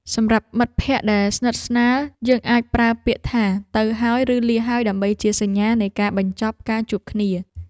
សម្រាប់មិត្តភក្តិដែលស្និទ្ធស្នាលយើងអាចប្រើពាក្យថាទៅហើយឬលាហើយដើម្បីជាសញ្ញានៃការបញ្ចប់ការជួបគ្នា។